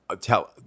tell